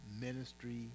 ministry